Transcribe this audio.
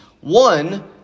One